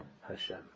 Hashem